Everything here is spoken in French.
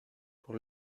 pour